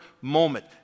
moment